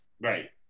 Right